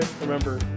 remember